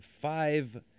five